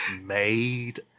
made